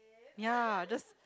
ya just